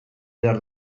behar